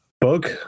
bug